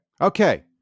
Okay